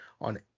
on